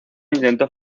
intentó